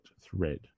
thread